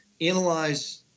analyze